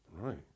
Right